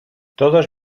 todos